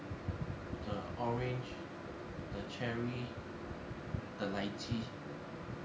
the orange the cherry the lychee